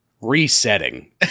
Resetting